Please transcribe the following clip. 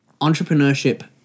entrepreneurship